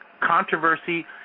controversy